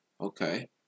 Okay